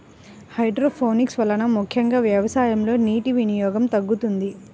hydroponics వలన ముఖ్యంగా వ్యవసాయంలో నీటి వినియోగం తగ్గుతుంది